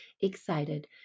excited